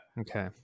Okay